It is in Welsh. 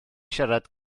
siarad